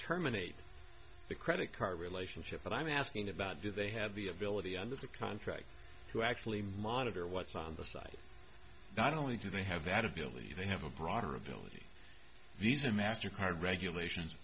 terminate the credit card relationship but i'm asking about do they have the ability under the contract to actually monitor what's on the site not only do they have that ability they have a broader ability visa mastercard regulations